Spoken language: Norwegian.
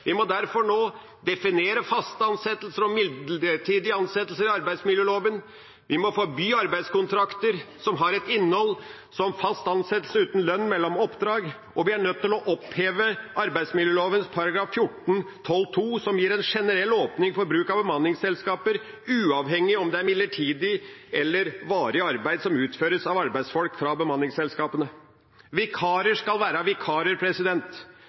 Vi må derfor nå definere faste ansettelser og midlertidige ansettelser i arbeidsmiljøloven. Vi må forby arbeidskontrakter som har et innhold som fast ansettelse uten lønn mellom oppdrag, og vi er nødt til å oppheve arbeidsmiljøloven § 14-12 annet ledd, som gir en generell åpning for bruk av bemanningsselskaper uavhengig av om det er midlertidig eller varig arbeid som utføres av arbeidsfolk fra bemanningsselskapene. Vikarer skal være vikarer.